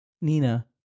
Nina